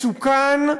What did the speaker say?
מסוכן,